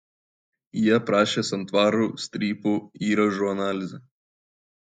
ji aprašė santvarų strypų įrąžų analizę